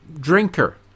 drinker